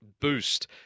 boost